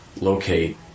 locate